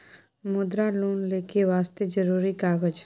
मुद्रा लोन लेके वास्ते जरुरी कागज?